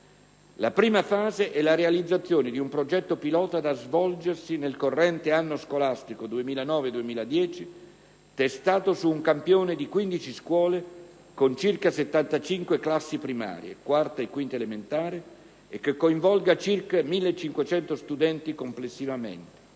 La prima fase è la realizzazione di un Progetto pilota da svolgersi nel corrente anno scolastico 2009-2010, testato su un campione di 15 scuole con circa 75 classi primarie (4a e 5a elementare) e che coinvolge circa 1.500 alunni complessivamente.